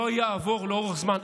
לא יעבור לאורך זמן.